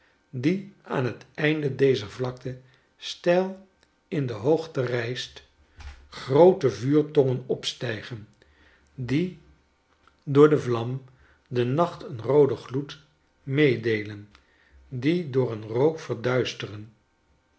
die aan het einde dezer vlakte steil in de hoogte rijst groote vuurtongen opstijgen die door de vlam den nacht een rooden gloed meedeelen dien door den rook verduisteren